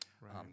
Right